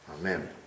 Amen